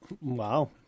Wow